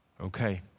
Okay